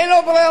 אין לו ברירה